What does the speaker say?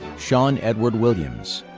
shawn edward williams.